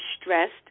stressed